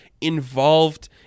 involved